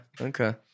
okay